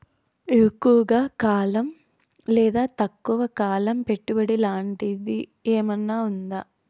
ఎక్కువగా కాలం లేదా తక్కువ కాలం పెట్టుబడి లాంటిది ఏమన్నా ఉందా